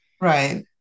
Right